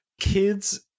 kids